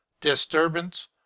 disturbance